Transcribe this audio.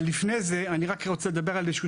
אבל לפני זה אני רוצה לדבר על איזשהו